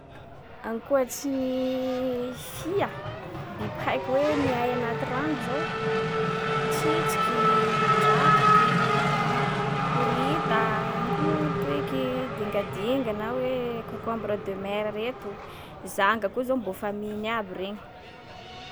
Ankoatsy ny fia, biby haiko hoe miay anaty rano zao: tsitsiky, drakaky, horita, ino koa moa tiky? Dingadinga na hoe concombre de mer reto, zanga koa zao mbô famille-ny aby regny.